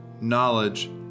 knowledge